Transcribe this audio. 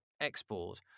export